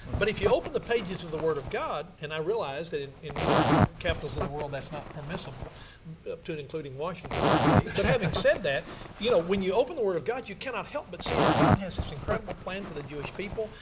but if you open the pages of the word of god, and i realize that in in many capitals of the world that is not permissible up to including washington these days. but having said that you know when you open the word of god you can't help but see that god has this incredible plan for the jewish people.